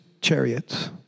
chariots